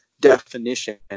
definition